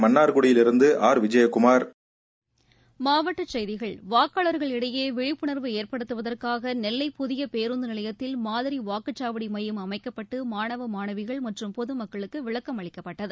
மன்னார்குடியில் இருந்துட விஜயகுமார் மாவட்ட செய்திகள் வாக்காளர்கள் இடையே விழிப்புணர்வு ஏற்படுத்துவதற்காக நெல்லை புதிய பேருந்து நிலையத்தில் மாதிரி வாக்குச்சாவடி மையம் அமைக்கப்பட்டு மாணவ மாணவிகள் மற்றும் பொது மக்களுக்கு விளக்கம் அளிக்கப்பட்டகு